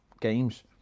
games